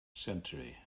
century